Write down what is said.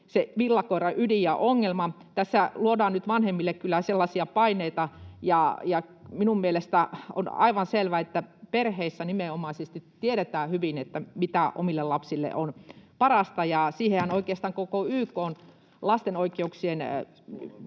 villakoiran ydin ja ongelma. Tässä luodaan nyt vanhemmille kyllä paineita. Mielestäni on aivan selvä, että perheissä nimenomaisesti tiedetään hyvin, mikä omille lapsille on parasta. Oikeastaan YK:n lastenoikeudet